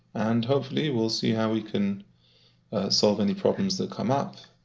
and hopefully we'll see how we can solve any problems that come up